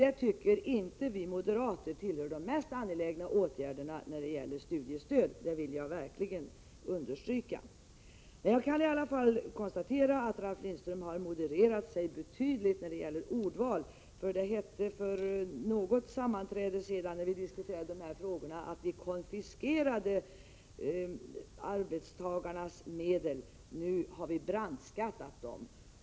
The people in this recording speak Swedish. Det tycker inte vi moderater tillhör de mest angelägna åtgärderna när det gäller studiestöd, det vill jag verkligen understryka. Jag kan i alla fall konstatera att Ralf Lindström har modererat sig betydligt när det gäller ordval. Det hette vid något tidigare sammanträde, när vi diskuterade dessa frågor, att vi ”konfiskerade” arbetstagarnas medel. Nu har vi ”brandskattat” dem.